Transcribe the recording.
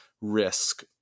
risk